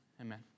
Amen